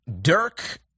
Dirk